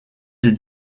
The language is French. des